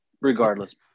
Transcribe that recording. Regardless